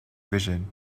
vision